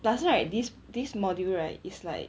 plus right this this module right is like